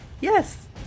Yes